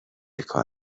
کار